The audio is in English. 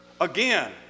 Again